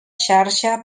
xarxa